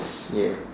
yes